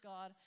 God